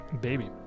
baby